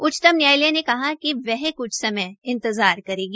उचचतम न्यायालय ने कहा कि वह क्छ समय इंतजार करेगी